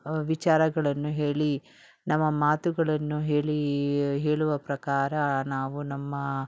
ವಿಚಾರಗಳನ್ನು ಹೇಳಿ ನಮ್ಮ ಮಾತುಗಳನ್ನು ಹೇಳಿ ಹೇಳುವ ಪ್ರಕಾರ ನಾವು ನಮ್ಮ